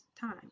time